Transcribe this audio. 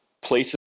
places